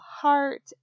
heart